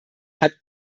hat